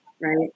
Right